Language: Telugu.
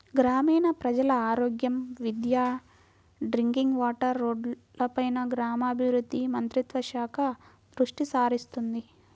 గ్రామీణ ప్రజల ఆరోగ్యం, విద్య, డ్రింకింగ్ వాటర్, రోడ్లపైన గ్రామీణాభివృద్ధి మంత్రిత్వ శాఖ దృష్టిసారిస్తుంది